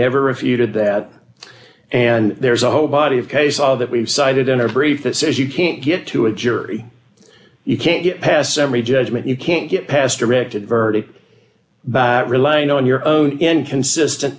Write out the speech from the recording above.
never refuted that and there's a whole body of case law that we've cited in our brief that says you can't get to a jury you can't get past seventy judgment you can't get past directed verdict by relying on your own inconsistent